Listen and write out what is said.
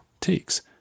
takes